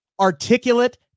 articulate